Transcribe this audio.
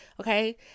okay